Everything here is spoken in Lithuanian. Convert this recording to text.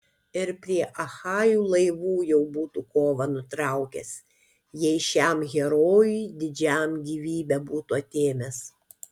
ir prie achajų laivų jau būtų kovą nutraukęs jei šiam herojui didžiam gyvybę būtų atėmęs